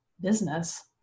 business